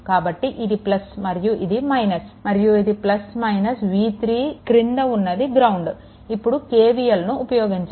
కాబట్టి ఇది మరియు ఇది - మరియు ఇది v3 క్రింద ఉన్నది గ్రౌండ్ ఇప్పుడు KVLను ఉపయోగించాలి